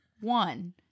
One